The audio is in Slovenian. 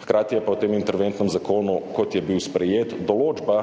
Hkrati je pa v tem interventnem zakonu kot je bil sprejet, določba,